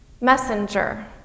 Messenger